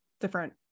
different